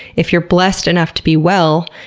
if you're blessed enough to be well,